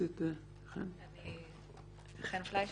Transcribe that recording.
הוראה 450